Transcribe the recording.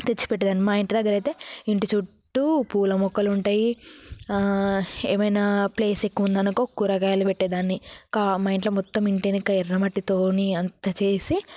తెచ్చి పెట్టేదాన్ని మా ఇంటి దగ్గర అయితే ఇంటి చుట్టూ పూల మొక్కలు ఉంటాయి ఏమైనా ప్లేస్ ఎక్కువ ఉందనుకో కూరగాయలు పెట్టేదాన్ని మా ఇంట్లో మొత్తం ఇంటి వెనక ఎర్ర మట్టితో అంతా చేసి